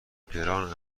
گران